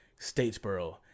Statesboro